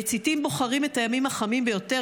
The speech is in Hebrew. המציתים בוחרים את הימים החמים ביותר,